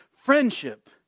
friendship